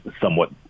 somewhat